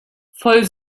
voll